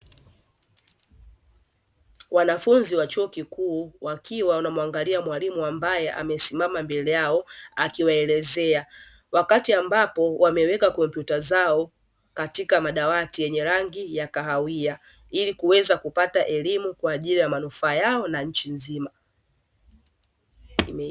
Wanafunzi wa chuo kikuu wakiwa wanamuangalia mwalimu ambae amesimama mbele yao akiwaelezea. Wakati ambapo wameweka kompyuta zao katika madawati yenye rangi ya kahawia, ili kuweza kupata elimu kwaajili ya manufaa yao na nchi nzima.